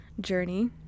journey